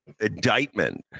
indictment